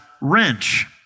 wrench